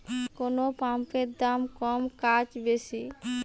কোন পাম্পের দাম কম কাজ বেশি?